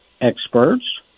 experts